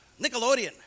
Nickelodeon